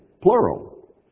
plural